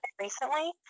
recently